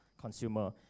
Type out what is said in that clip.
consumer